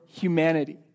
humanity